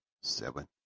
seven